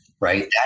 right